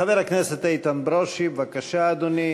חבר הכנסת איתן ברושי, בבקשה, אדוני,